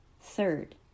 Third